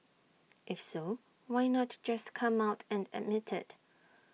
if so why not just come out and admit IT